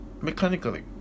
mechanically